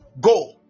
go